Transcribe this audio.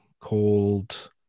called